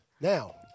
Now